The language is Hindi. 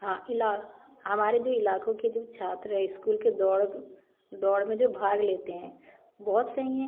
हाँ इला हमारे जो इलाकों के जो छात्र है स्कूल के दौड़ दौड़ में जो भाग लेते हैं बहुत सही हैं